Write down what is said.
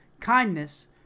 kindness